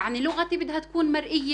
אני הייתי אצלם בכפר,